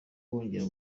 bongeye